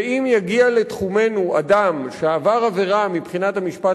ואם יגיע לתחומנו אדם שעבר עבירה מבחינת המשפט